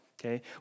okay